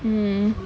mm